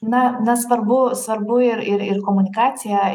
na na svarbu svarbu ir ir komunikacija